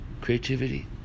Creativity